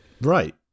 Right